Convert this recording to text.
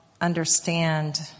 understand